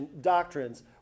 doctrines